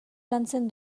lantzen